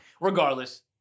Regardless